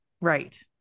Right